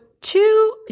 two